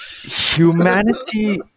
Humanity